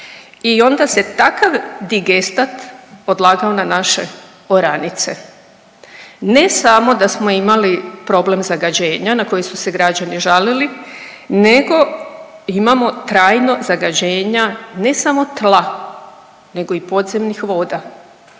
i onda se takav digestat odlagao na naše oranice. Ne samo da smo imali problem zagađenja na koji su se građani žalili nego imamo trajno zagađenja ne samo tla nego i podzemnih voda.